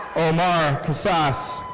omar kasass.